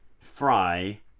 Fry